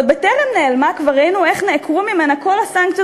ועוד בטרם נעלמה כבר ראינו איך נעקרו ממנה כל הסנקציות